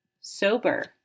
Sober